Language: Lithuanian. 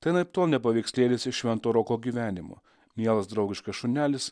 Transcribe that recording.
tai anaiptol ne paveikslėlis iš švento roko gyvenimo mielas draugiškas šunelis